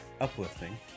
uplifting